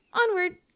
onward